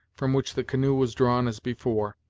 from which the canoe was drawn as before,